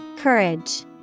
Courage